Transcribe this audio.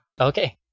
Okay